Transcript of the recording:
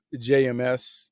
JMS